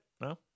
No